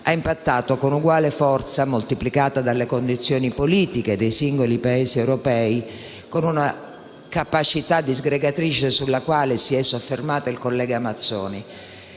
ha impattato con uguale forza, moltiplicata dalle condizioni politiche dei singoli Paesi europei, con una capacità disgregatrice sulla quale si è soffermato il collega Mazzoni.